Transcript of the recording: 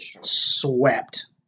swept